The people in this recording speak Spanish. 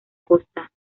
costa